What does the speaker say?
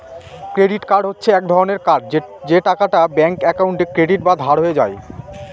credit card হচ্ছে এক রকমের কার্ড যে টাকাটা ব্যাঙ্ক একাউন্টে ক্রেডিট বা ধার হয়ে যায়